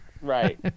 Right